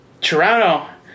Toronto